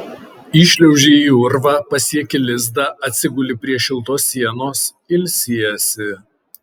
įšliauži į urvą pasieki lizdą atsiguli prie šiltos sienos ilsiesi